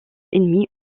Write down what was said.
ennemies